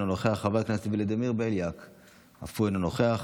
אינו נוכח,